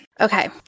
Okay